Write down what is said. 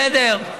בסדר,